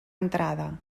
entrada